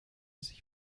sich